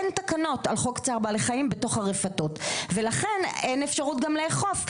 אין תקנות של חוק צער בעלי חיים ולכן אין אפשרות גם לאכוף.